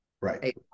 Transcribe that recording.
Right